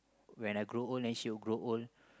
when I grow old then she will grow old